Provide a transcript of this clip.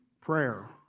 prayer